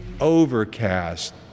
overcast